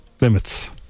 limits